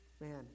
man